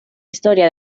historia